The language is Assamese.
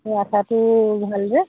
এই আঠাটো ভাল যে